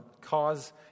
cause